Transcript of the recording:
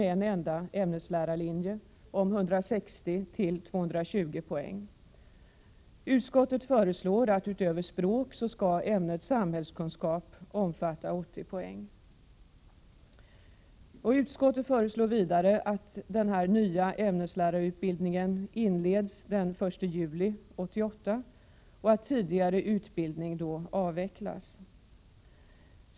Vi poäng. Utskottet föreslår att utöver språk skall ämnet samhällskunskap omfatta 80 poäng. Utskottet föreslår vidare att denna nya ämneslärarutbildning inleds den 1 juli 1988 och att tidigare utbildning då avvecklas.